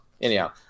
anyhow